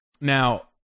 Now